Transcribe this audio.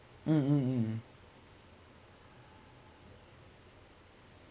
mm mm mm mm